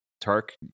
Turk